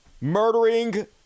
Murdering